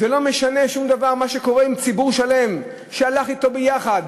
ולא משנה לו שום דבר שקורה עם ציבור שלם שהלך אתו ביחד,